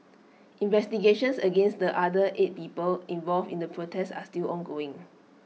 investigations against the other eight people involved in the protest are still ongoing